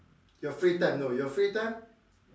your free time no your free time